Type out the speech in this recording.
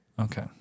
Okay